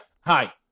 Hi